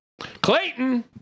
Clayton